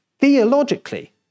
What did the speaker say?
theologically